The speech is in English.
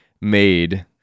made